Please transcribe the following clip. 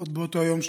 עוד באותו יום,